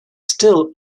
still